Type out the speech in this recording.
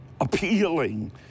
appealing